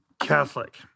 Catholic